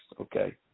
okay